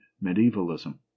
medievalism